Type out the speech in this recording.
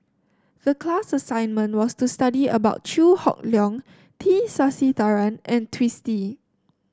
the class assignment was to study about Chew Hock Leong T Sasitharan and Twisstii